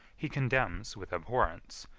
he condemns with abhorrence,